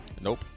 Nope